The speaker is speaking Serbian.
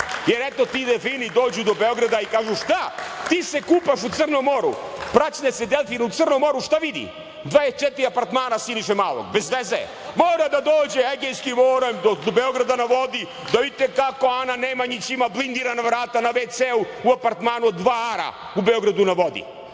jer eto ti delfini dođu do Beograda i kažu – šta, ti se kupaš u Crnom moru? Praćne se delfin u Crnom moru, šta vidi? Dvadeset četiri apartmana Siniše Malog. Bez veze je. Mora da dođe Egejskim morem do Beograda na vodi, da vidite kako Ana Nemanjić ima blindirana vrata na ve-ceu u apartmanu od dva ara u Beogradu na vodi. Znam